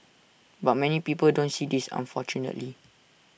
but many people don't see this unfortunately